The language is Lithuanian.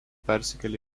persikėlė